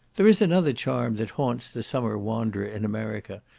there is another charm that haunts the summer wanderer in america,